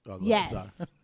Yes